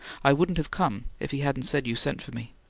i wouldn't have come if he hadn't said you sent for me.